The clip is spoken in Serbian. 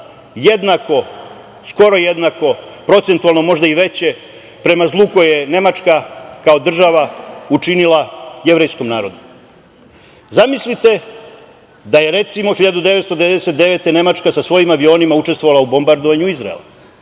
jednako, skoro jednako, procentualno možda i veće prema zlu koji je Nemačka kao država učinila jevrejskom narodu. Zamislite da je, recimo, 1999. godine Nemačka sa svojim avionima učestvovala u bombardovanju Izraela.